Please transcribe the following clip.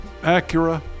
Acura